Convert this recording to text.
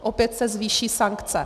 Opět se zvýší sankce.